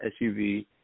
SUV